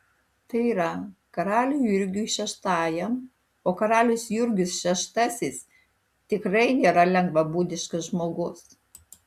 tai yra karaliui jurgiui šeštajam o karalius jurgis šeštasis tikrai nėra lengvabūdiškas žmogus